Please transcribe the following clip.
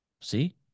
See